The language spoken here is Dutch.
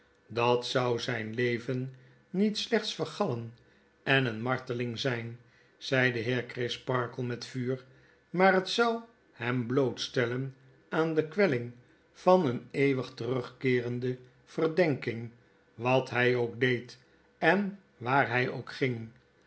dat zou zgn leven niet slechts vergallen en eene marteling zijn zei de heer crisparkle met vuur maar het zou hem blootstellen aan de kwelling van een eeuwig terugkeerende verdenking wat hij ook deed en waar hij ook ging